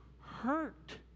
hurt